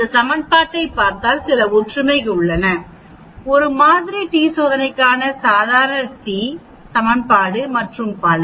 இந்த சமன்பாட்டைப் பார்த்தால் சில ஒற்றுமைகள் உள்ளன ஒரு மாதிரி டி சோதனைக்கான சாதாரண டி சமன்பாடு மற்றும் பல